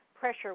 Pressure